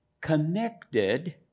connected